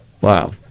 Wow